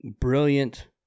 brilliant